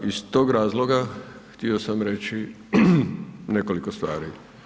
Iz tog razloga htio sam reći nekoliko stvari.